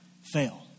fail